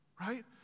Right